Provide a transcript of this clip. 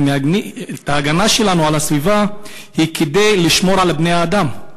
ההגנה שלנו על הסביבה היא כדי לשמור על בני-האדם,